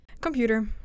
Computer